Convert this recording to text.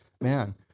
Man